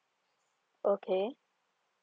okay